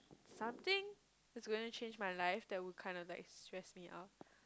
something is going to change my life that would kinda like stress me out